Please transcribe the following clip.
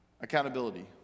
Accountability